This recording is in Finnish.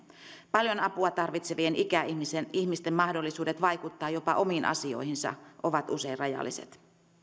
paljon apua tarvitsevien ikäihmisten mahdollisuudet vaikuttaa jopa omiin asioihinsa ovat usein rajalliset